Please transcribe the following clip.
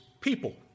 people